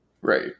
right